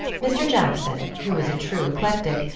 mr. jackson, who was a true eclectic,